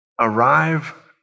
arrive